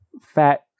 fat